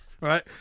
Right